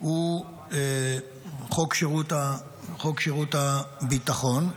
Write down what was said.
הוא חוק שירות הביטחון,